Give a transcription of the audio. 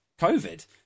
COVID